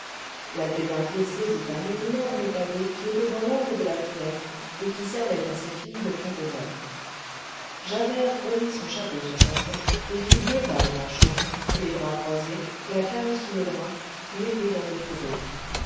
la thénardier saisit un énorme pavé qui était dans l'angle de la fenêtre et qui servait à ses filles de tabouret javert remit son chapeau sur sa tête et fit deux pas dans la chambre les bras croisés la canne sous le bras l'épée dans le fourreau